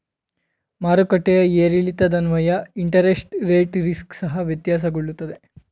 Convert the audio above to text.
ಮಾರುಕಟ್ಟೆಯ ಏರಿಳಿತದನ್ವಯ interest rate risk ಸಹ ವ್ಯತ್ಯಾಸಗೊಳ್ಳುತ್ತದೆ